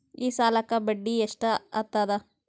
ಈ ಸಾಲಕ್ಕ ಬಡ್ಡಿ ಎಷ್ಟ ಹತ್ತದ?